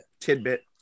tidbit